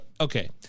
Okay